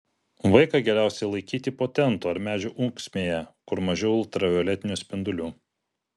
vaiką geriausiai laikyti po tentu ar medžių ūksmėje kur mažiau ultravioletinių spindulių